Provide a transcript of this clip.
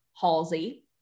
Halsey